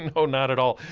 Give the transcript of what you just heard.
no not at all.